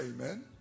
amen